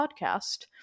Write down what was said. podcast